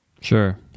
Sure